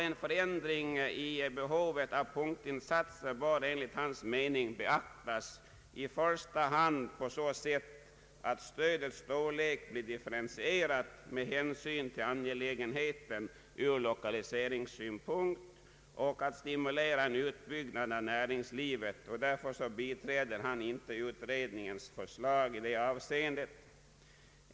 En förändring i behovet av punktinsatser bör enligt hans mening beaktas, i första hand på så sätt att stödets storlek blir differentierat med hänsyn till angelägenheten ur lokaliseringssynpunkt och att en utbyggnad av näringslivet stimuleras. Därför biträder han inte utredningens förslag i det avseendet.